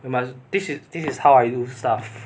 you must this is this is how I do stuff